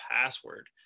password